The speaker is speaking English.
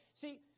see